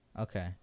okay